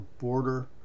border